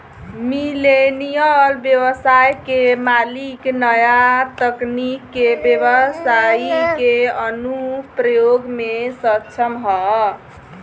millennial ब्यबसाय के मालिक न्या तकनीक के ब्यबसाई के अनुप्रयोग में सक्षम ह